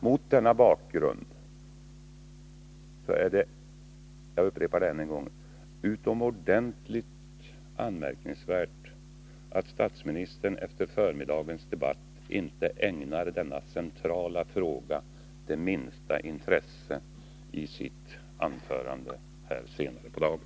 Mot denna bakgrund är det — jag upprepar det ännu en gång — utomordentligt anmärkningsvärt att statsministern efter förmiddagens debatt inte ägnar denna centrala fråga det minsta intresse i sitt anförande här senare på dagen.